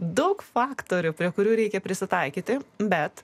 daug faktorių prie kurių reikia prisitaikyti bet